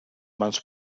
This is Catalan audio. mans